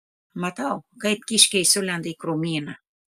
matau kaip kiškiai sulenda į krūmyną